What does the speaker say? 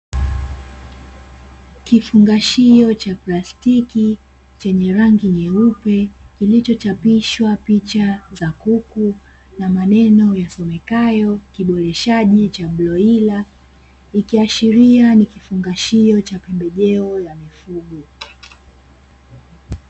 Kifungashio cha plastiki chenye rangi nyeupe kilichochapishwa picha za kuku na maneno yasomekayo kiboreshaji cha bloira, ikiashiria ni kifungashio cha pembejeo za mifugo.